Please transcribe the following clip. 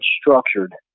structured